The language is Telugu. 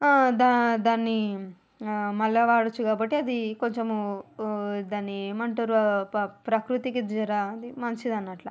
దా దాన్ని మళ్ళీ వాడచ్చు కాబట్టి అది కొంచెము దాన్ని ఏమంటరు ప ప్రకృతికి జరా అది మంచిది అన్నట్లు